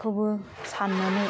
खौबो साननानै